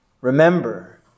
Remember